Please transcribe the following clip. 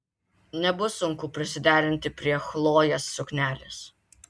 nebus sunku prisiderinti prie chlojės suknelės